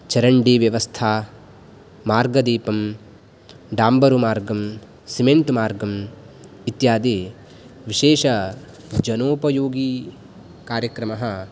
चरण्डीव्यवस्था मार्गदीपं डाम्बरुमार्गं सिमेण्ट् मार्गं इत्यादिविशेषजनोपयोगिकार्यक्रमः